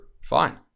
fine